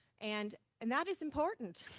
and and that is important.